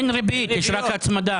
אין ריבית, יש רק הצמדה.